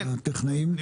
הטכנאים --- כן,